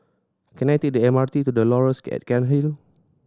can I take the M R T to The Laurels at Cairnhill